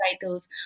titles